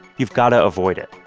you've got to avoid it.